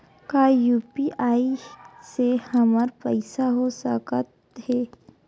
का यू.पी.आई से हमर पईसा हो सकत हे?